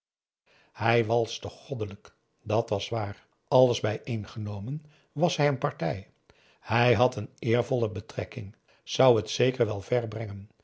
hij walste goddelijk dat was waar alles bijeen genomen was hij een partij hij had een eervolle betrekking zou het zeker wel ver brengen